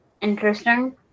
Interesting